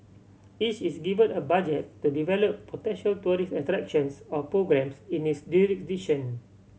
each is given a budget to develop potential tourist attractions or programmes in its jurisdiction